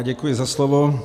Děkuji za slovo.